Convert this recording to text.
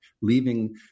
leaving